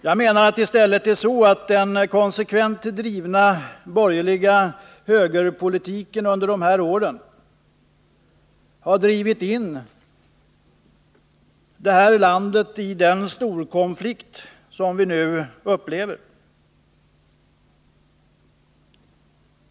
Jag menar att det i stället är så att den konsekvent drivna borgerliga högerpolitiken under de här åren har dragit in landet i den storkonflikt som vi nu upplever.